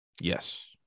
Yes